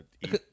eat